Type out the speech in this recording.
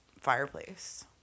fireplace